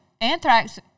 anthrax